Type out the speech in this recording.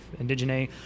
indigene